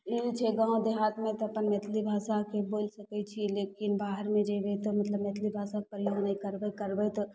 ई छै गाम देहातमे तऽ अपन मैथिली भाषाके बोलि सकै छी लेकिन बाहरमे जेबै तऽ मतलब मैथिली भाषाके प्रयोग नहि करबै करबै तऽ